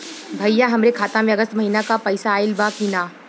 भईया हमरे खाता में अगस्त महीना क पैसा आईल बा की ना?